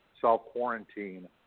self-quarantine